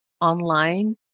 online